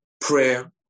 Prayer